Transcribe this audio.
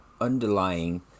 underlying